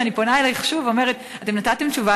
אני פונה אלייך שוב ואומרת: אתם נתתם תשובה,